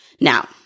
Now